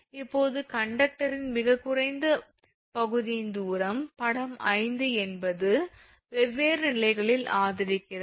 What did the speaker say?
இப்போது கண்டக்டரின் மிகக் குறைந்த பகுதியின் தூரம் படம் 5 என்பது வெவ்வேறு நிலைகளில் ஆதரிக்கிறது